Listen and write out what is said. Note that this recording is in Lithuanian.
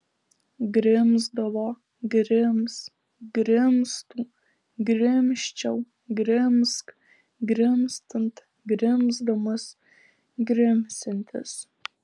grimzdavo grims grimztų grimzčiau grimzk grimztant grimzdamas grimsiantis